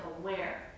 aware